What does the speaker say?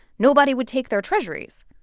nobody would take their treasurys.